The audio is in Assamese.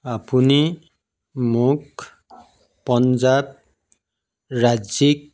আপুনি মোক পঞ্জাৱ ৰাজ্যিক